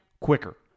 quicker